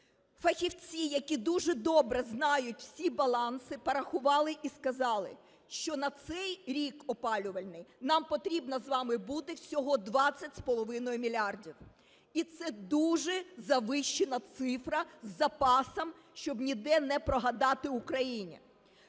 Фахівці, які дуже добре знають всі баланси, порахували і сказали, що на цей рік опалювальний нам потрібно з вами буде всього 20,5 мільярдів. І це дуже завищена цифра, з запасом, щоб ніде не прогадати Україні.